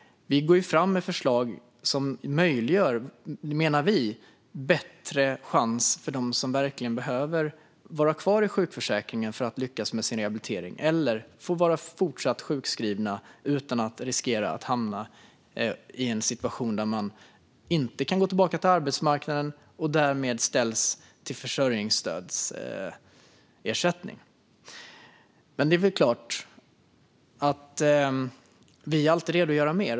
Vi går fram med förslag som enligt oss skulle ge en större chans för dem som verkligen behöver vara kvar i sjukförsäkringen att lyckas med sin rehabilitering. Det gäller även att man i fortsättningen kan få vara sjukskriven utan att riskera att hamna i en situation där man inte kan gå tillbaka till arbetsmarknaden och därmed skulle bli hänvisad till försörjningsstödsersättning. Vi är dock alltid redo att göra mer.